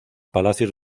palacios